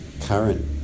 current